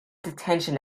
detention